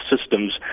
systems